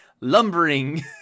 lumbering